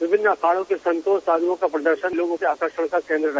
विभिन्न अखाड़ों के संतों और साधुओं का प्रदर्शन लोगों के आकर्षण का केन्द्र रहे